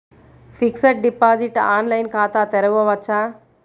Fixed deposit online ఖాతా తెరువవచ్చా?